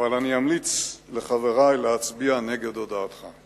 אבל אני אמליץ לחברי להצביע נגד הודעתך.